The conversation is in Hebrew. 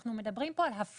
אנחנו מדברים כאן על הפחתה.